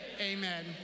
Amen